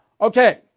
Okay